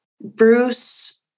Bruce